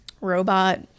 Robot